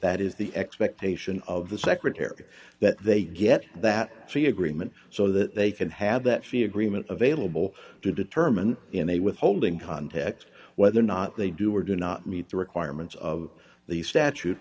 that is the expectation of the secretary that they get that three agreement so that they can have that she agreement available to determine in a withholding context whether or not they do or do not meet the requirements of the statute